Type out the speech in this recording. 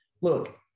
look